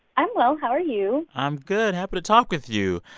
i'm well. how are you? i'm good, happy to talk with you.